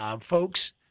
Folks